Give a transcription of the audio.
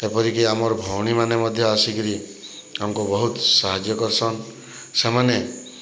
ଏପରିକି ଆମର୍ ଭଉଣୀ ମାନେ ମଧ୍ୟ ଆସିକିରି ଆମକୁ ବହୁତ୍ ସାହାଯ୍ୟ କରସନ୍ ସେମାନେ